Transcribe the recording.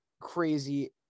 crazy